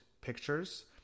pictures